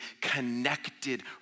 connected